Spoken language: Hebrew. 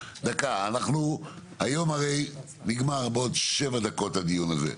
היום הרי בעוד שבע דקות הדיון הזה נגמר.